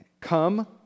Come